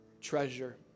treasure